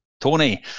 Tony